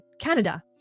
Canada